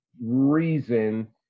reason